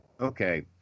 Okay